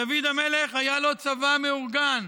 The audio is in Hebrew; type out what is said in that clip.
דוד המלך, היה לו צבא מאורגן,